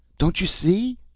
don't you see.